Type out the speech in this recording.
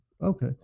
okay